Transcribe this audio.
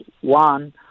one